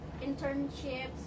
internships